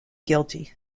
guilty